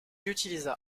utilisa